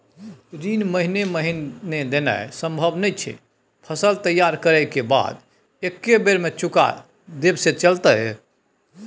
ऋण महीने महीने देनाय सम्भव नय छै, फसल तैयार करै के बाद एक्कै बेर में चुका देब से चलते?